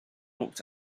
looked